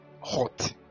hot